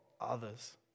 others